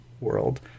world